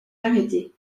arrêté